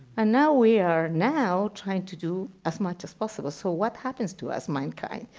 and now we are now trying to do as much as possible, so what happens to us, mankind?